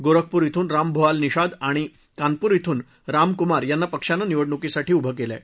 गोरखपूर इथून रामभुआल निषाद आणि कानपूरमधून रामकुमार यांना पक्षानं निवडणुकीसाठी उभं केलं आहे